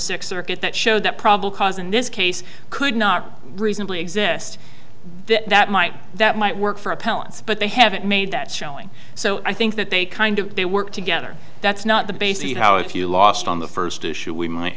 circuit that showed that probable cause in this case could not reasonably exist that might that might work for appellants but they haven't made that showing so i think that they kind of they work together that's not the base the how if you lost on the first issue we might